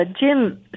Jim